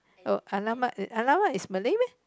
oh !alamak! is !alamak! is Malay meh